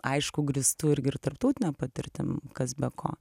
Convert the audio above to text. aišku grįstų ir tarptautine patirtim kas be ko